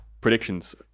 predictions